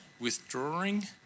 Withdrawing